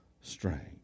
strength